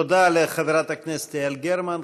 תודה רבה לחברת הכנסת גרמן.